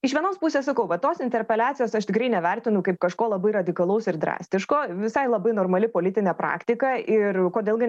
iš vienos pusės sakau va tos interpeliacijos aš tikrai nevertinu kaip kažko labai radikalaus ir drastiško visai labai normali politinė praktika ir kodėl gi